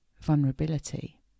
vulnerability